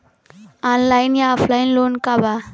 Online या offline loan का बा?